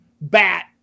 Bat